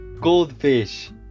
Goldfish